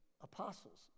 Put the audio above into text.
apostles